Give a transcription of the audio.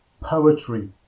poetry